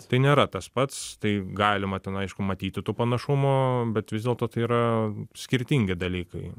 tai nėra tas pats tai galima ten aišku matyti tų panašumų bet vis dėlto tai yra skirtingi dalykai